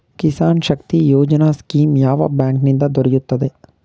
Kisan Shakti Yojana scheme ಯಾವ bank ನಿಂದ ದೊರೆಯುತ್ತದೆ?